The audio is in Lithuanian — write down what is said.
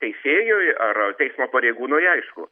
teisėjui ar teismo pareigūnui aišku